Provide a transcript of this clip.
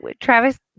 Travis